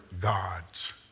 gods